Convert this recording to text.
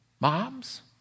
Moms